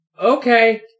Okay